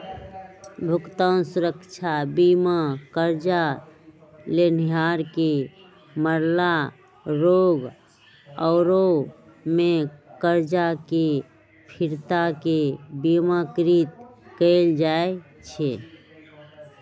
भुगतान सुरक्षा बीमा करजा लेनिहार के मरला, रोग आउरो में करजा के फिरता के बिमाकृत कयल जाइ छइ